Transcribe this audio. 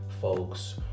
folks